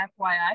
FYI